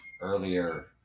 earlier